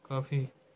ਕਾਫੀ